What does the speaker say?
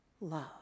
love